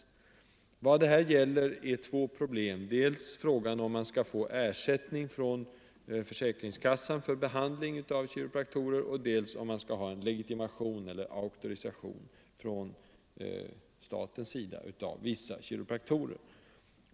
Legitimation för Det är i stället fråga om två problem, dels om man skall få ersättning vissa kiropraktorer från försäkringskassan för behandling av kiropraktorer, dels om man skall ha en legitimation eller auktorisation från statens sida av vissa kiropraktorer.